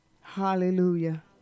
Hallelujah